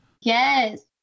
Yes